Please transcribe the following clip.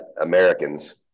americans